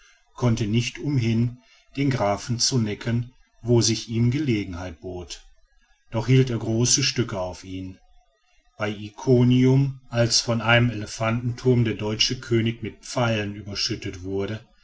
konnte nicht umhin den grafen zu necken wo sich ihm gelegenheit bot doch hielt er große stücke auf ihn bei ikonium als von einem elefantenturm der deutsche könig mit pfeilen überschüttet wurde